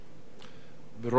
ברוב של 20 תומכים,